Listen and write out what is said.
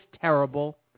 terrible